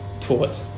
taught